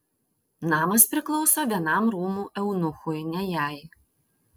namas priklauso vienam rūmų eunuchui ne jai